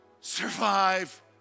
survive